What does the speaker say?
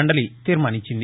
మండలి తీర్శానించింది